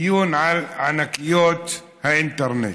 דיון על ענקיות האינטרנט.